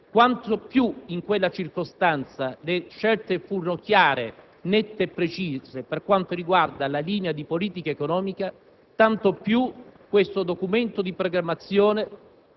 Quanto più in quella circostanza le scelte furono chiare, nette e precise per quanto riguarda la linea di politica economica, tanto più questo Documento di programmazione